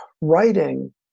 writing